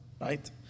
Right